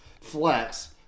flex –